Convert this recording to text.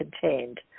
contained